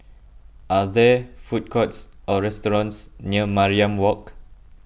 are there food courts or restaurants near Mariam Walk